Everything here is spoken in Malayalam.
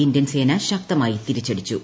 ഇന്ത്യൻ സേന ശക്തമായ തിരിച്ചുടിച്ചു